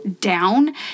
down